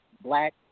black